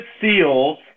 seals